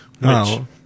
No